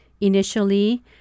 initially